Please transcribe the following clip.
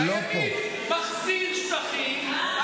הימין מחזיר שטחים,